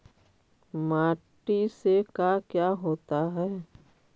माटी से का क्या होता है?